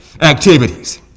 activities